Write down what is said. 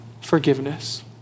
forgiveness